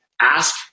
ask